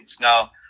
Now